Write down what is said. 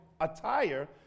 attire